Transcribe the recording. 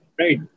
right